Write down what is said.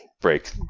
break